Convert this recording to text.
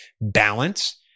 Balance